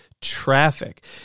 Traffic